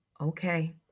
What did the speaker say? Okay